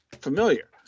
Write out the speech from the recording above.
familiar